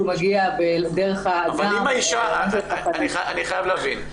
אני חייב להבין.